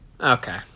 Okay